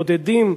בודדים,